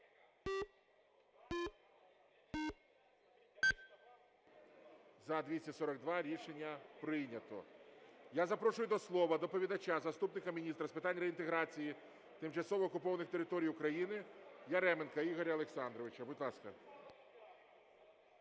За-242 Рішення прийнято. Я запрошую до слова доповідача – заступника міністра з питань реінтеграції тимчасово окупованих територій України Яременка Ігоря Олександровича. Будь ласка.